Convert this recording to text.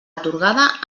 atorgada